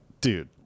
dude